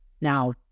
now